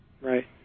Right